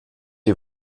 die